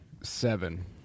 Seven